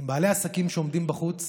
ובעלי עסקים שעומדים בחוץ